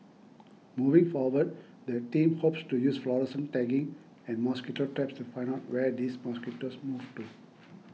moving forward the team hopes to use fluorescent tagging and mosquito traps to find out where these mosquitoes move to